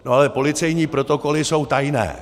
Ale policejní protokoly jsou tajné.